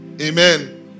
Amen